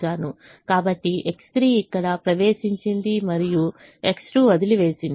కాబట్టి X3 ఇక్కడ ప్రవేశించింది మరియు X2 వదిలివేసింది